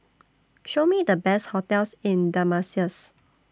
Show Me The Best hotels in Damascus